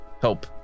help